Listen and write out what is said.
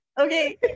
okay